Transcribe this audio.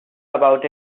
about